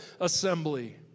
assembly